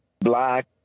Black